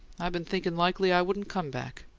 i been thinking likely i wouldn't come back.